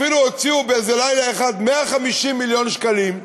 אפילו הוציאו באיזה לילה אחד 150 מיליון שקלים.